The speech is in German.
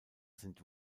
sind